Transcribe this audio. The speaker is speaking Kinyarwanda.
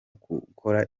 gukora